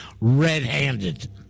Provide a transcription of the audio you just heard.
red-handed